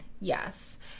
Yes